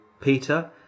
Peter